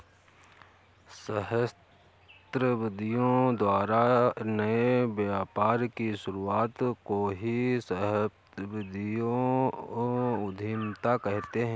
सहस्राब्दियों द्वारा नए व्यापार की शुरुआत को ही सहस्राब्दियों उधीमता कहते हैं